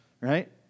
right